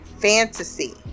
fantasy